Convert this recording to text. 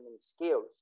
skills